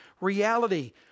reality